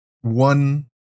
one